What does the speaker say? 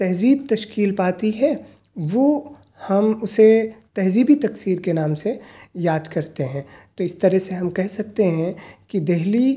تہذیب تشکیل پاتی ہے وہ ہم اسے تہذیبی تقصیر کے نام سے یاد کرتے ہیں تو اس طرح سے ہم کہہ سکتے ہیں کہ دہلی